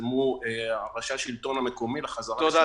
שפרסמו ראשי השלטון המקומי לחזרה לשגרה,